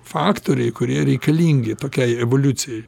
faktoriai kurie reikalingi tokiai evoliucijai